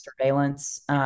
surveillance